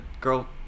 girl